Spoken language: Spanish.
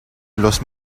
los